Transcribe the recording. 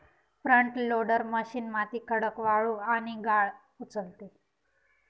front loader machine माती, खडक, वाळू आणि गाळ उचलते